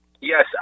Yes